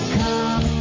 come